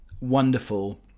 wonderful